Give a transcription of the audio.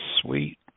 sweet